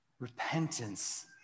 repentance